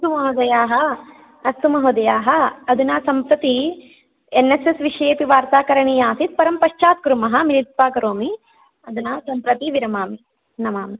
अस्तु महोदयाः अस्तु महोदयाः अधुना सम्प्रति एन् एस् एस् विषये तु इति वार्ता करणीया आसीत् परं पश्यात् कुर्मः मिलीत्वा करोमि अधुना सम्प्रति विरमामि नमामि